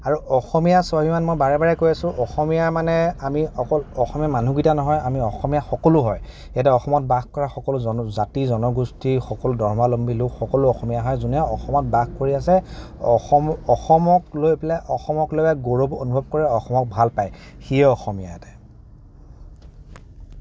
আৰু অসমীয়াৰ স্বাভিমান মই বাৰে বাৰে কৈ আছো অসমীয়া মানে আমি অকল অসমীয়া মানুহকেইটা নহয় আমি অসমীয়া সকলো হয় এতিয়া অসমত বাস কৰা সকলো জন জাতি জনগোষ্ঠী সকলো ধৰ্মাৱলম্বী লোক সকলো অসমীয়া হয় যোনে অসমত বাস কৰি আছে অসম অসমক লৈ পেলাই অসমক লৈ পেলাই গৌৰৱ অনুভৱ কৰে অসমক ভাল পায় সিয়ে অসমীয়া ইয়াতে